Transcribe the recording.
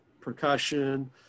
percussion